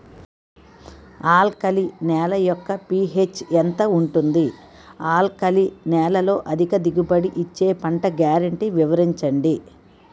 Alkali నేల యెక్క pH ఎంత ఉంటుంది? ఆల్కలి నేలలో అధిక దిగుబడి ఇచ్చే పంట గ్యారంటీ వివరించండి?